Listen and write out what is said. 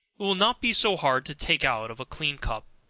will not be so hard to take out of a clean cup.